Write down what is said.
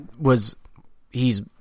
was—he's